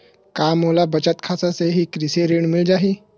का मोला बचत खाता से ही कृषि ऋण मिल जाहि?